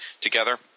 together